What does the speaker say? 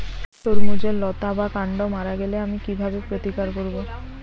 তরমুজের লতা বা কান্ড মারা গেলে আমি কীভাবে প্রতিকার করব?